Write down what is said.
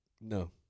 No